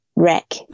wreck